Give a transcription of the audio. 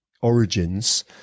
origins